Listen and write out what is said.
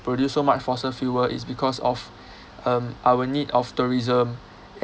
produce so much fossil fuel is because of um our need of tourism